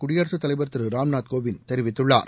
குடியரசுத் தலைவர் திரு ராம்நாத்கோவிந்த் தெரிவித்துள்ளார்